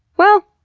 well,